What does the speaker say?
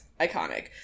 Iconic